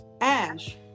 ash